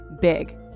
big